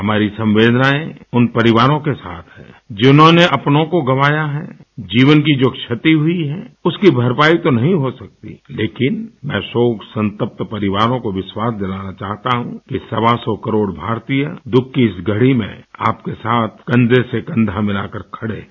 हमारी संवेदनाएँ उन परिवारों के साथ हैं जिन्होंने अपनों को गँवाया है जीवन की जो क्षति हुई है उसकी भरपाई तो नहीं हो सकती लेकिन मैं शोक संतप्त परिवारों को विश्वास दिलाना चाहता हूँ कि सवा सौ करोड़ भारतीय दुःख की इस घड़ी में आपके साथ कन्धे से कन्धा मिलाकर खड़े हैं